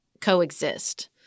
coexist